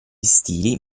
stili